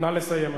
נא לסיים.